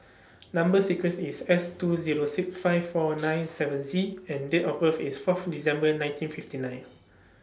Number sequence IS S two Zero six five four nine seven Z and Date of birth IS Fourth December nineteen fifty nine